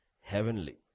Heavenly